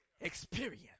experience